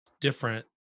different